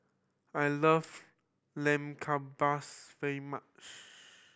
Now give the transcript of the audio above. I love Lamb Kebabs very much